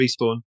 Respawn